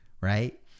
right